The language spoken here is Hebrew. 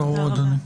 ברור, אדוני.